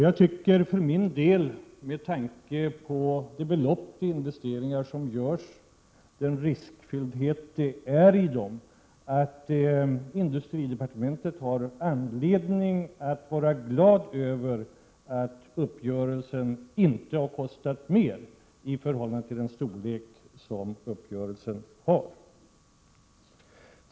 Jag tycker för min del, med tanke på de belopp det gäller och de investeringar som görs samt den risk som ligger i dessa investeringar att man på industridepartementet har anledning att vara glad över att uppgörelsen inte har kostat mer i förhållande till uppgörelsens omfattning.